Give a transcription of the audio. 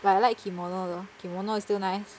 but I like kimono lor kimono is still nice